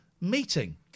meeting